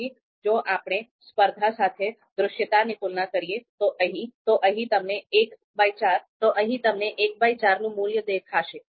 તેથી જો આપણે સ્પર્ધા સાથે દૃશ્યતાની તુલના કરીએ તો અહીં તમને ૧૪ નું મૂલ્ય દેખાશે